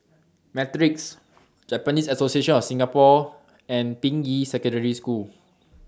Matrix Japanese Association of Singapore and Ping Yi Secondary School